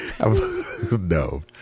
no